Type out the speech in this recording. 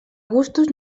gustos